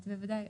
כן,